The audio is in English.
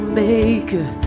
maker